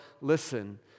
listen